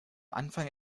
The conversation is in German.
anfang